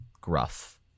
gruff